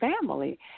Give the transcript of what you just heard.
family